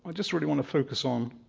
ah just really want to focus on